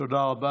תודה רבה.